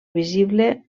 visible